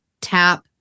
tap